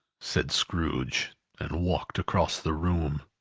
said scrooge and walked across the room.